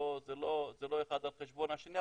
זה לא אחד על חשבון השני,